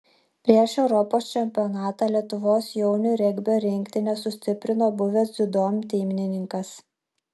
prieš europos čempionatą lietuvos jaunių regbio rinktinę sustiprino buvęs dziudo imtynininkas